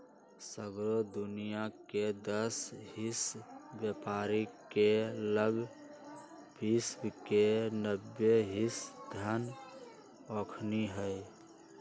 सगरो दुनियाँके दस हिस बेपारी के लग विश्व के नब्बे हिस धन अखनि हई